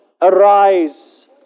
Arise